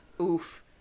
Oof